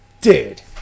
dude